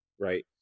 Right